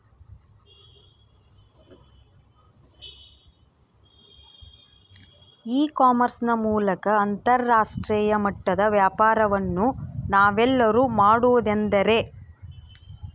E commerce ನ ಮೂಲಕ ಅಂತರಾಷ್ಟ್ರೇಯ ಮಟ್ಟದ ವ್ಯಾಪಾರವನ್ನು ನಾವೆಲ್ಲರೂ ಮಾಡುವುದೆಂದರೆ?